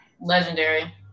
Legendary